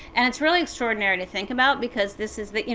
and it's really extraordinary to think about because this is the you